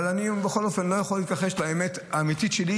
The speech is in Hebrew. אבל בכל אופן אני לא יכול להתכחש לאמת האמיתית שלי,